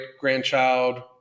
grandchild